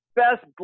best